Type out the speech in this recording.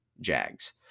Jags